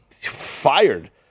fired